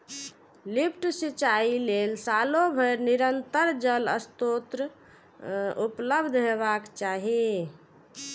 lift सिंचाइ लेल सालो भरि निरंतर जल स्रोत उपलब्ध हेबाक चाही